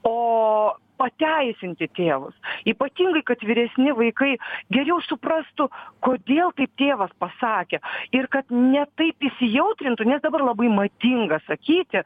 o pateisinti tėvus ypatingai kad vyresni vaikai geriau suprastų kodėl taip tėvas pasakė ir kad ne taip įsijautrintų nes dabar labai madinga sakyti